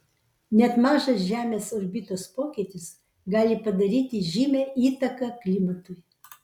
net mažas žemės orbitos pokytis gali padaryti žymią įtaką klimatui